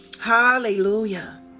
hallelujah